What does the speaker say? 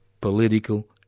political